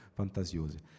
fantasiose